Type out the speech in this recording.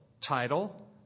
title